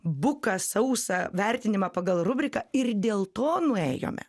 buką sausą vertinimą pagal rubriką ir dėl to nuėjome